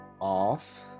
off